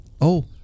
Oh